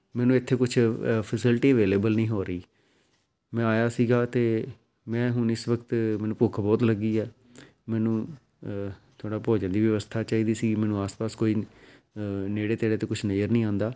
ਮੈਨੂੰ ਇੱਥੇ ਕੁਛ ਫੈਸਿਲਿਟੀ ਅਵੇਲੇਬਲ ਨਹੀਂ ਹੋ ਰਹੀ ਮੈਂ ਆਇਆ ਸੀਗਾ ਅਤੇ ਮੈਂ ਹੁਣ ਇਸ ਵਕਤ ਮੈਨੂੰ ਭੁੱਖ ਬਹੁਤ ਲੱਗੀ ਆ ਮੈਨੂੰ ਥੋੜ੍ਹਾ ਭੋਜਨ ਦੀ ਵਿਵਸਥਾ ਚਾਹੀਦੀ ਸੀ ਮੈਨੂੰ ਆਸ ਪਾਸ ਕੋਈ ਨੇੜੇ ਤੇੜੇ ਤਾਂ ਕੁਛ ਨਜਰ ਨਹੀਂ ਆਉਂਦਾ